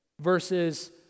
Versus